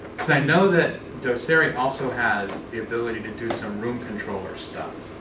because i know that doceri also has the ability to do some room controller stuff.